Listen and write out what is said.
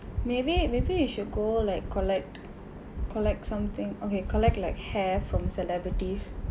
maybe maybe you should go like collect collect something okay collect like hair from celebrities